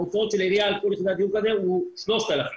ההוצאות של העירייה על כל יחידת דיור כזאת הן בסכום של 3,000 שקלים.